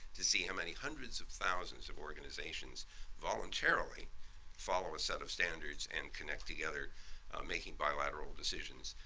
to see how many hundreds of thousands of organizations voluntarily follow a set of standards and connect together making bilateral decisions.